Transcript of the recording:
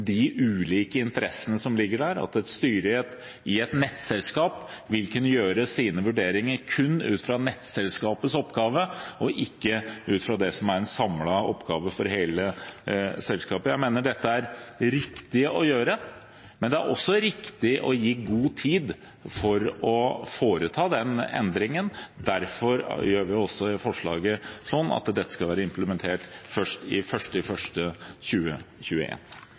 de ulike interessene som ligger der. Da vil et styre i et nettselskap kunne gjøre sine vurderinger kun ut fra nettselskapets oppgave og ikke ut fra det som er en samlet oppgave for hele selskapet. Jeg mener dette er riktig å gjøre, men det er også riktig å gi selskapene god tid til å foreta den endringen. Derfor står det i forslaget at dette først skal være implementert 1. januar 2021. Det er mange overraskelser i